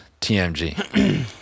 TMG